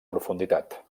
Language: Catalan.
profunditat